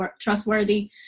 trustworthy